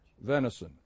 venison